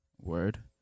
word